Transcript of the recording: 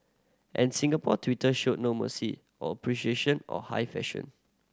and Singapore Twitter showed no mercy or appreciation of high fashion